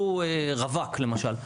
מ-2008.